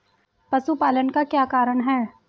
पशुपालन का क्या कारण है?